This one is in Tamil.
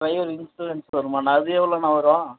இன்சூரன்ஸ் வருமாண்ணா அது எவ்வளோண்ணா வரும்